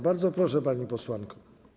Bardzo proszę, pani posłanko.